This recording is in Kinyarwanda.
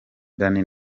danny